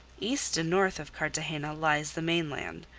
east and north of cartagena lies the mainland,